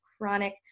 chronic